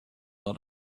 lot